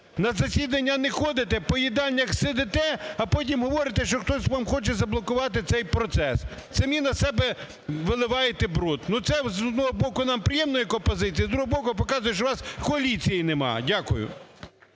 на засідання не ходити, по їдальнях сидите, а потім говорите, що хтось вам хоче заблокувати цей процес, самі на себе виливаєте бруд. Це, з одного боку, нам приємно як опозиції, а, з другого боку, показує, що у вас коаліції немає. Дякую.